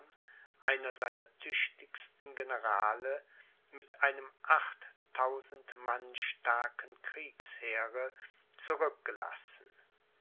einer seiner tüchtigsten generale mit einem achttausend mann starken kriegsheere zurückgelassen